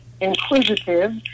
inquisitive